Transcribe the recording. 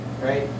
right